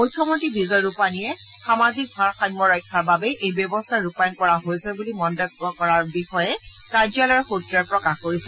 মুখ্যমন্ত্ৰী বিজয় ৰূপানীয়ে সামাজিক ভাৰসাম্য ৰক্ষাৰ বাবে এই ব্যৱস্থা ৰূপায়ন কৰা হৈছে বুলি মন্তব্য কৰাৰ বিষয়ে কাৰ্যালয়ৰ সূত্ৰই প্ৰকাশ কৰিছে